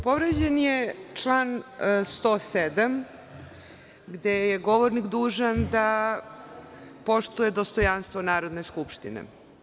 Povređen je član 107, gde je govornik dužan da poštuje dostojanstvo Narodne skupštine.